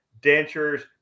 dentures